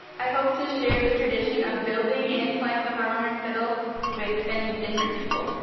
i hope to share the tradition of building and playing the hardanger and fiddle with many different people.